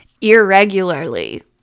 irregularly